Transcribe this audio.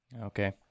okay